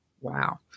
Wow